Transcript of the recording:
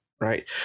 right